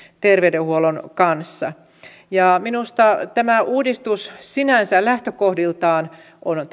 ter veydenhuollon kanssa minusta tämä uudistus sinänsä lähtökohdiltaan on